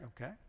Okay